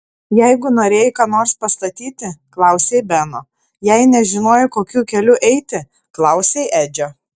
jeigu norėjai ką nors pastatyti klausei beno jei nežinojai kokiu keliu eiti klausei edžio